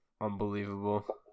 Unbelievable